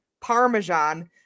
Parmesan